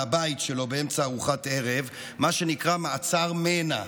מהבית שלו באמצע ארוחת ערב במה שנקרא "מעצר מנע".